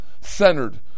centered